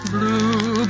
Blue